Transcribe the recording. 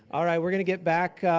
all right, we're gonna get back.